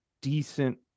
decent